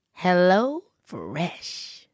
HelloFresh